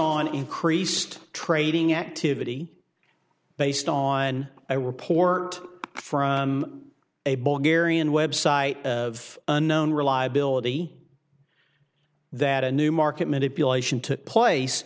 on increased trading activity based on a report from a bulgarian website of unknown reliability that a new market manipulation took place